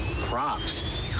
props